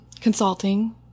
consulting